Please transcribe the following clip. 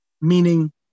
meaning